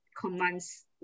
commands